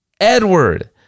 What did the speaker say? Edward